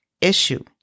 issue